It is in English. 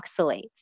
oxalates